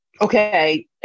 okay